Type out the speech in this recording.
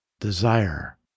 desire